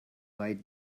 white